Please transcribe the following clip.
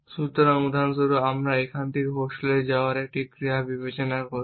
সুতরাং উদাহরণস্বরূপ আমরা এখান থেকে হোস্টেলে যাওয়ার এই ক্রিয়াটি বিবেচনা করি